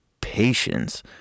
patience